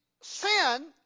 sin